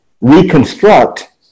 reconstruct